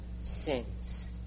sins